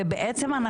מה שאני אגיד,